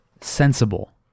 sensible